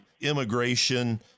immigration